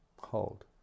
Hold